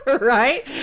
right